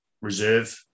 reserve